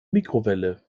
mikrowelle